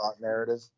narrative